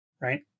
Right